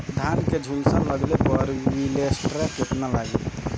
धान के झुलसा लगले पर विलेस्टरा कितना लागी?